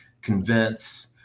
convince